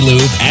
Lube